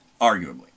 arguably